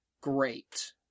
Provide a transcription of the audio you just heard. great